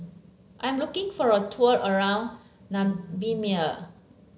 I'm looking for a tour around Namibia